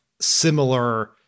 similar